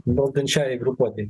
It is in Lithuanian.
valdančiajai grupuotei